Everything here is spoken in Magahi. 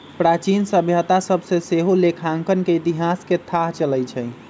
प्राचीन सभ्यता सभ से सेहो लेखांकन के इतिहास के थाह चलइ छइ